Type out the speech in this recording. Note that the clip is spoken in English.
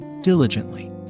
diligently